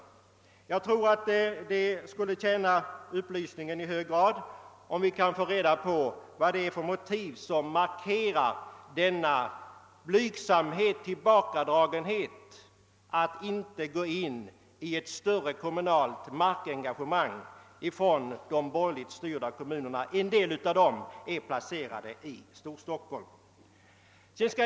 Jag tror att det i hög grad skulle vara upplysande, om vi kunde få veta vilka motiv som ligger bakom denna blygsamhet och tillbakadragenhet att inte gå in i ett större kommunalt markengagemang. Vissa av dessa borgerliga kommuner ligger i Storstockholmsområdet.